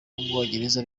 w’umwongereza